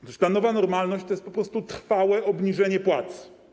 Otóż ta nowa normalność to jest po prostu trwałe obniżenie płac.